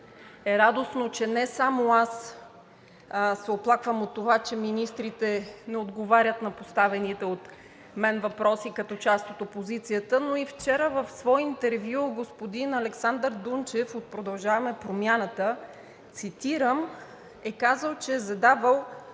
е радостно, че не само аз се оплаквам от това, че министрите не отговарят на поставените от мен въпроси като част от опозицията, но и вчера в свое интервю господин Александър Дунчев от „Продължаваме Промяната“ – цитирам – е казал, че е задавал